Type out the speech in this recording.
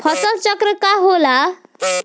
फसल चक्र का होला?